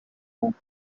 pope